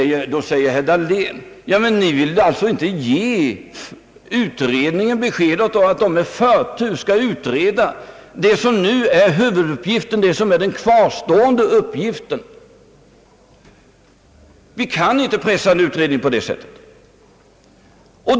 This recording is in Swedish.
Herr Dahlén påstår då: Ni vill alltså inte ge utredningen besked om att den med förtur skall utreda det som nu är huvuduppgiften och den kvarstående uppgiften. Men, herr Dahlén, vi kan inte pressa en utredning på det sättet.